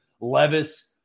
Levis